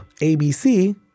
ABC